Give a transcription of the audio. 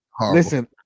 Listen